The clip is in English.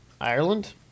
Ireland